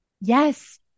Yes